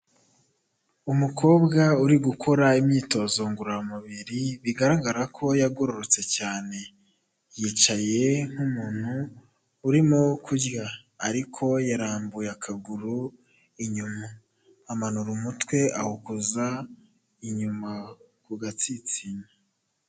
Umukobwa uri gukora imyitozo ngororamubiri bigaragara ko yagororotse cyane, yicaye nk'umuntu urimo kurya ariko yarambuye akaguru inyuma, amanura umutwe awukoza inyuma ku gatsinsino.